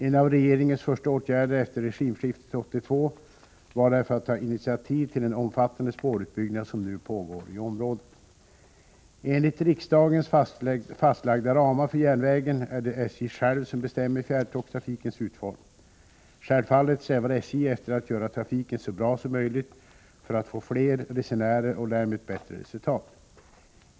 En av regeringens första åtgärder efter regimskiftet 1982 var därför att ta initiativ till den omfattande spårutbyggnad som nu pågår i området. Enligt riksdagens fastlagda ramar för järnvägen är det SJ självt som bestämmer fjärrtågstrafikens utformning. Självfallet strävar SJ efter att göra trafiken så bra som möjligt för att få fler resenärer och därmed ett bättre resultat.